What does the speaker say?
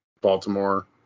Baltimore